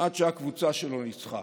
עד שהקבוצה שלו ניצחה.